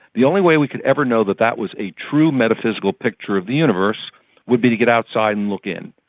the only way we could ever know that that was a true metaphysical picture of the universe would be to get outside and look in,